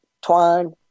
twine